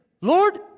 Lord